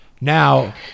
Now